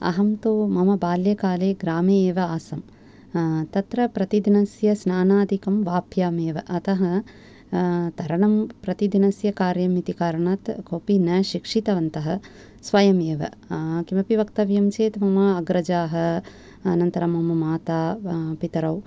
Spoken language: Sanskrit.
अहं तु मम बाल्यकाले ग्रामे एव आसम् तत्र प्रतिदिनस्य स्नानादिकं वाप्यामेव अत तरणं प्रतिदिनस्य कार्यम् इति कारणात् कोऽपि न शिक्षितवन्त स्वयमेव किमपि वक्तव्यं चेत् मम अग्रजा अनन्तरं मातापितरौ